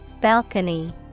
Balcony